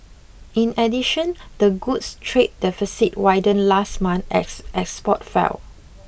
in addition the goods trade deficit widened last month as export fell